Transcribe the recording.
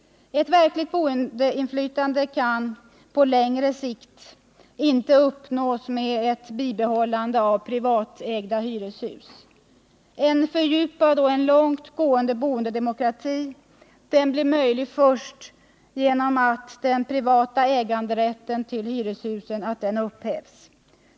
Ett verkligt boendeinflytande kan på längre sikt inte uppnås med bibehållande av privatägda hyreshus. En fördjupad och långt gående boendedemokrati blir möjlig först genom att den privata äganderätten till hyreshus upphävs.